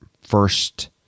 first